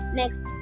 next